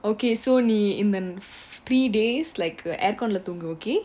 okay so நீஇந்த: ni itha three days like a air con lah தூங்கு: dhukku okay